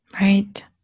Right